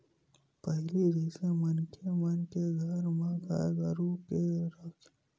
पहिली जइसे मनखे मन के घर म गाय गरु के राखे बर कोठा नइ बनावय काबर के लोगन मन ह जादा पहिली जइसे गाय गरुवा घलोक नइ रखत हवय